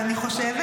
אני בשוק.